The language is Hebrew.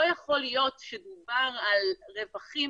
לא יכול להיות שדובר על רווחים